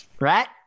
Right